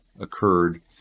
occurred